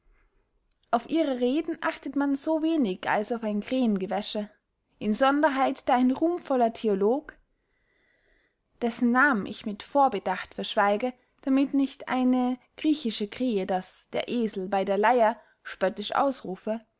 auf ihre reden achtet man so wenig als auf ein krähengewäsche insonderheit da ein ruhmvoller theolog dessen namen ich mit vorbedacht verschweige damit nicht eine griechische krähe das der esel bey der leyer spöttisch ausrufe